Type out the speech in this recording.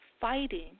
fighting